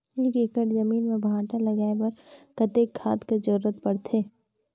एक एकड़ जमीन म भांटा लगाय बर कतेक खाद कर जरूरत पड़थे?